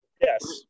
Yes